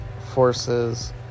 forces